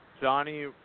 Johnny